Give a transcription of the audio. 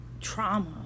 trauma